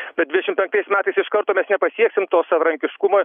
bet dvidešim penktais metais iš karto mes nepasieksim to savarankiškumo